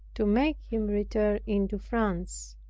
to make him return into france.